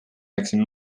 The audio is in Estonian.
läksin